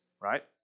right